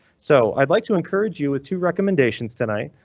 so i'd like to encourage you with two recommendations tonight.